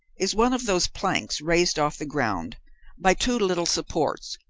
is one of those planks raised off the ground by two little supports,